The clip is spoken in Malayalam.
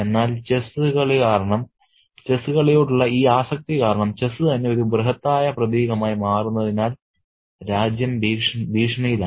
എന്നാൽ ചെസ്സ് കളി കാരണം ചെസ്സ് കളിയോടുള്ള ഈ ആസക്തി കാരണം ചെസ്സ് തന്നെ ഒരു ബൃഹത്തായ പ്രതീകമായി മാറുന്നതിനാൽ രാജ്യം ഭീഷണിയിലാണ്